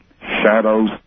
shadows